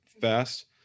fast